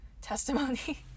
testimony